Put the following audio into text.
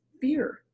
fear